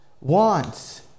wants